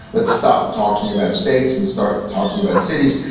let's stop talking about states and start talking about cities,